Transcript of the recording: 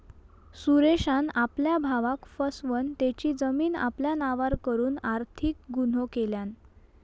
सुरेशान आपल्या भावाक फसवन तेची जमीन आपल्या नावार करून आर्थिक गुन्हो केल्यान